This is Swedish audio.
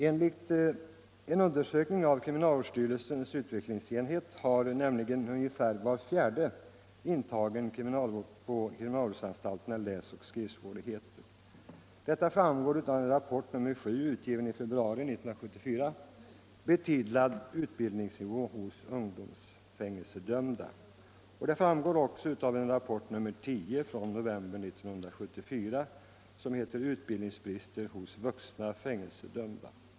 Enligt en undersökning som utförts av kriminalvårdsstyrelsens utvecklingsenhet har nämligen ungefär var fjärde intagen på kriminalvårdsanstalterna läsoch skrivsvårigheter. Detta framgår av rapport nr 7, utgiven i februari 1974 och betitlad Utbildningsnivå hos ungdomsfängelsedömda, och av rapport nr 10 från november 1974, Utbildningsbrister hos vuxna fängelsedömda.